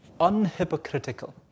unhypocritical